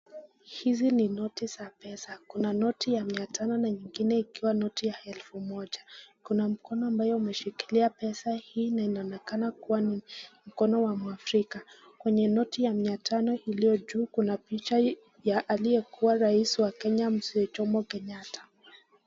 Hizi ni noti za pesa. Kuna noti ya mia tano na nyingine ikiwa noti ya elfu moja. Kuna mkono ambayo imeshikilia pesa hii na inaonekana kuwa ni mkono wa mwafrika. Kwenye noti ya mia tano iliyo juu, kuna picha ya aliyekuwa rais wa Kenya Mzee Jomo Kenyatta.